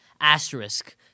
asterisk